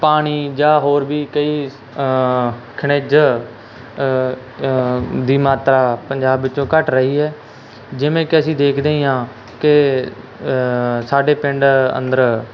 ਪਾਣੀ ਜਾਂ ਹੋਰ ਵੀ ਕਈ ਖਣਿਜ ਦੀ ਮਾਤਰਾ ਪੰਜਾਬ ਵਿੱਚੋਂ ਘੱਟ ਰਹੀ ਹੈ ਜਿਵੇਂ ਕਿ ਅਸੀਂ ਦੇਖਦੇ ਹੀ ਹਾਂ ਕਿ ਸਾਡੇ ਪਿੰਡ ਅੰਦਰ